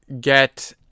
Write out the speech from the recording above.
get